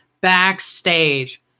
backstage